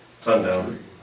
Sundown